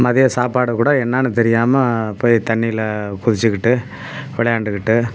மதியம் சாப்பாடு கூட என்னென்னு தெரியாமல் போய் தண்ணியில் குதிச்சுக்கிட்டு விளையாண்டுக்கிட்டு